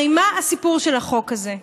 הרי מה הסיפור של החוק הזה?